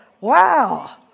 wow